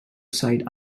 side